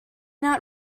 not